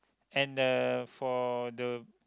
and uh for the